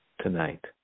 tonight